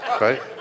right